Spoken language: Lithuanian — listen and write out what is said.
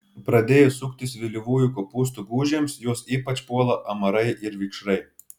pradėjus suktis vėlyvųjų kopūstų gūžėms juos ypač puola amarai ir vikšrai